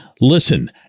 listen